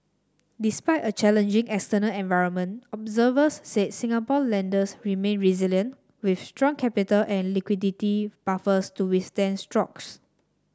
despite a challenging external environment observers said Singapore lenders remain resilient with strong capital and liquidity buffers to withstand strokes